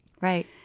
Right